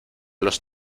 los